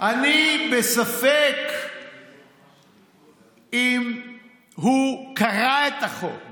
אני בספק אם הוא קרא את החוק,